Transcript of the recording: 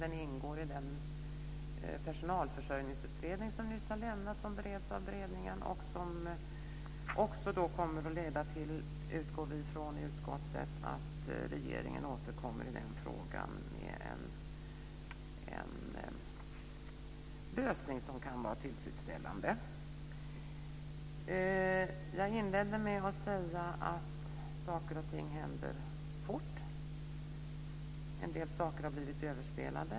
Den ingår i den personalförsörjningsutredning som nyss har lämnats och som bereds av beredningen. Vi i utskottet utgår från att regeringen återkommer i frågan med en lösning som kan vara tillfredsställande. Jag inledde med att säga att saker och ting händer fort. En del saker har blivit överspelade.